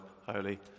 Holy